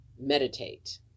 meditate